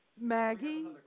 Maggie